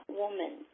woman